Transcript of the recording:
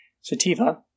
Sativa